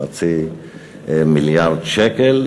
0.5 מיליארד שקל,